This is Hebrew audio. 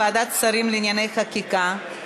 ועדת שרים לענייני חקיקה),